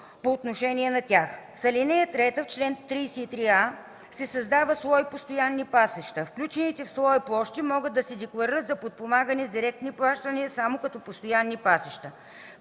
по отношение на тях. С ал. 3 на чл. 33а се създава слой „Постоянни пасища”. Включените в слоя площи могат да се декларират за подпомагане с директни плащания само като постоянни пасища.